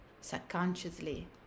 subconsciously